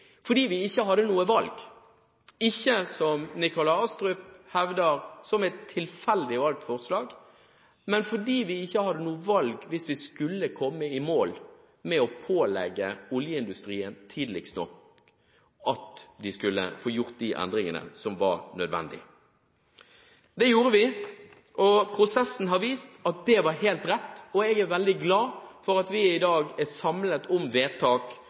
fordi vi ikke hadde noe valg – ikke som Nikolai Astrup hevder, som et tilfeldig valgt forslag, men fordi vi ikke hadde noe valg hvis vi skulle komme i mål med å pålegge oljeindustrien tidligst nok at de skulle få gjort de endringene som var nødvendige. Det gjorde vi, og prosessen har vist at det var helt rett. Jeg er veldig glad for at vi i dag er samlet om vedtak